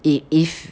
it if